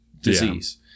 disease